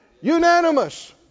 unanimous